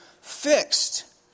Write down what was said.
fixed